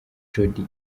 jody